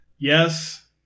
Yes